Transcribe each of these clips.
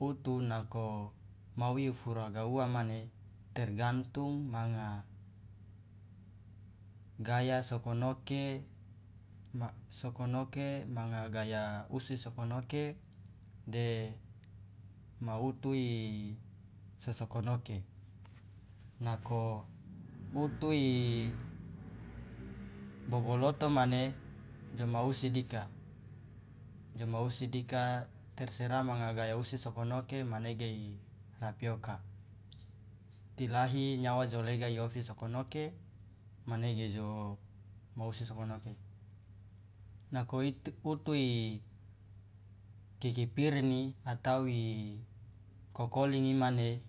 Utu mau ifuraga uwa mane tergantung manga gaya sokonoke manga gaya utu sokonoke de ma utu i sosokonoke nako utu i boboloto mane joma usi dika joma usi dika tersera manga gaya usi sokonoke manege i rapi oka tilahi nyawa jo lega iofi sokonoke manege jo ma usi sokonoke nako uti ikikipirini atau i kokolingi mane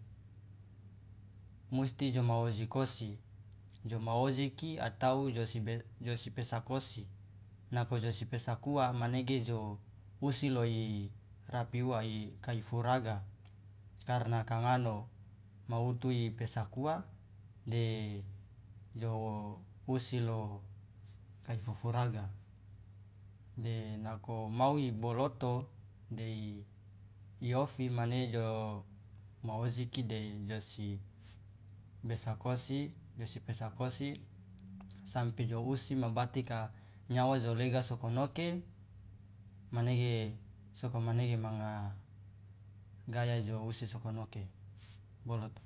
musti joma ojikosi joma ojiki atau josi pesakosi nako josi pesakuwa manege jo usi lo irapi uwa kai furaga karna kangano ma utu ipesakua de jo usi lo kai fufuraga de nako mau iboloto dei iofi mane jo ma ojiki de josi besakosi josi pesakosi sampe jo usi ma batika nyawa jo lega sokonoke manege sokomanege manga gaya jo usi sokonoke boloto.